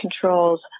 controls